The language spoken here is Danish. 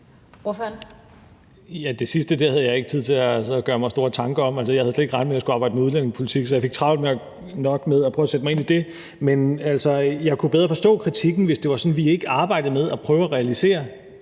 Det sidste havde jeg ikke tid til at gøre mig store tanker om. Jeg havde slet ikke regner med, at jeg skulle arbejde med udlændingepolitik, så jeg fik travlt nok med at prøve at sætte mig ind i det. Men jeg ville bedre kunne forstå kritikken, hvis det var sådan, at vi ikke i arbejdede med at prøve at realisere